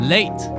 Late